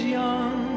young